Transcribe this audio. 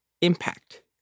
impact